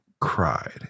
cried